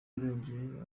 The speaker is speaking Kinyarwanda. yarengeye